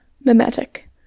mimetic